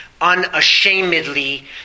unashamedly